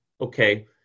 Okay